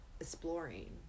exploring